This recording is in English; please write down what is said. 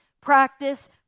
practice